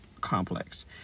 Complex